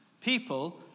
people